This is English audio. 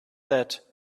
that